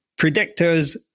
predictors